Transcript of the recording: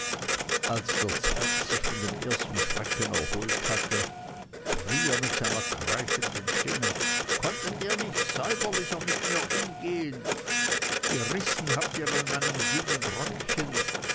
als der zwerg sich von dem ersten schrecken erholt hatte schrie er mit seiner kreischenden stimme konntet ihr nicht säuberlicher mit mir umgehen gerissen habt ihr an meinem dünnen röckchen